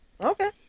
Okay